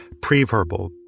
pre-verbal